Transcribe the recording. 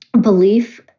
belief